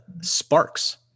sparks